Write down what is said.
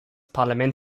parlament